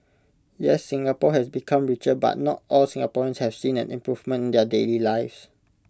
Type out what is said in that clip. yes Singapore has become richer but not all Singaporeans have seen an improvement in their daily lives